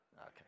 Okay